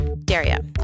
Daria